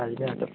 అది కాదు